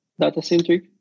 data-centric